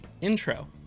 Intro